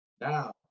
Now